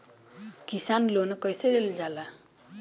किसान लोन कईसे लेल जाला?